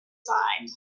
side